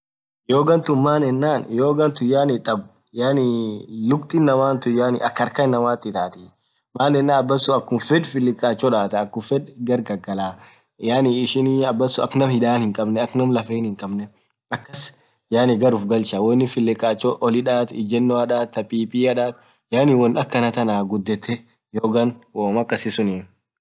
Yogha tun maanen yogha tun yaani thaab lukkith inamaa tun yaani akaa harkhaa inamaat ithathi maaaenen abasun akhum fedh filkhacho dhathaa akhum fedh gharr ghalghalaa yaani ishin abasun akaa ñaam hidhan hinkhabne akaa ñaam lafenn hinkhabne akas ghar ufughalchaa woo inin filikacho ulii dhathee ijenoo dhathe taa pipia dhathee yaani won akanaa thaan ghudhethe yoghan womm akasisun